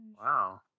Wow